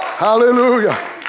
Hallelujah